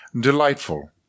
Delightful